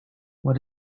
what